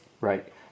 Right